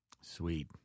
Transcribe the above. Sweet